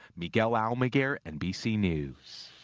miguel almaguer, nbc news.